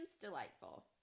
delightful